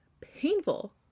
painful